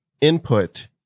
input